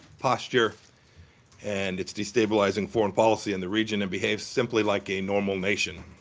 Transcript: posture and its destabilizing foreign policy in the region, and behaves simply like a normal nation.